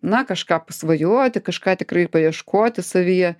na kažką svajoti kažką tikrai paieškoti savyje